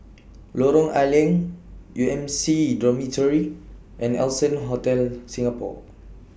Lorong A Leng U M C Dormitory and Allson Hotel Singapore